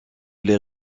les